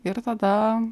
ir tada